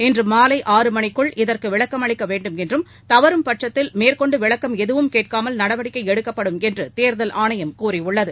இன்று மாலை ஆறுமணிக்குள் இதற்கு விளக்கமளிக்க வேண்டுமென்றும் தவறும் பட்சத்தில் மேற்கொண்டு விளக்கம் எதுவும் கேட்காமல் நடவடிக்கை எடுக்கப்படும் என்று தேர்தல் ஆணையம் கூறியுள்ளது